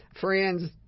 friends